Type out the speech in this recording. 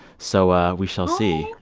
so ah we shall see,